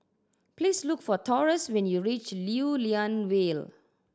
please look for Taurus when you reach Lew Lian Vale